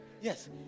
yes